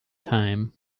time